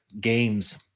games